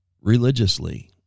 religiously